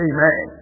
Amen